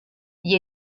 gli